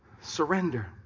Surrender